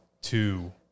two